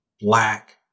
black